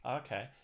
okay